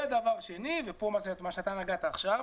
ודבר שני ופה זה מה שאתה נגעת עכשיו: